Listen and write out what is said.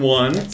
one